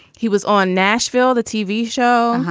he was on nashville the tv show.